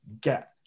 get